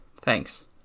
thanks